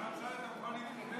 ועל זה אתה מוכן,